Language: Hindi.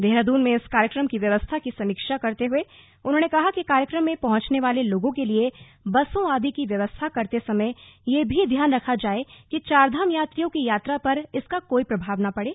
देहरादून में इस कार्यक्रम की व्यवस्था की समीक्षा करते हए उन्होंने कहा कि कार्यक्रम में पहुंचने वाले लोगों के लिए बसों आदि की व्यवस्था करते समय यह भी ध्यान रखा जाए कि चार धाम यात्रियों की यात्रा पर इसका कोई प्रभाव न पड़े